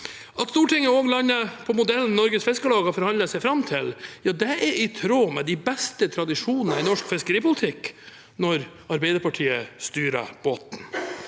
At Stortinget også lander på modellen Norges Fiskarlag har forhandlet seg fram til, er i tråd med de beste tradisjonene i norsk fiskeripolitikk – når Arbeiderpartiet styrer båten.